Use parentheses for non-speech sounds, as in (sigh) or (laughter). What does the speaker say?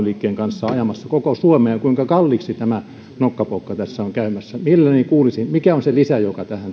(unintelligible) liikkeen kanssa ajamassa koko suomea kuinka kalliiksi tämä nokkapokka tässä on käymässä mielelläni kuulisin mikä on se lisä joka tähän